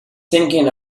thinking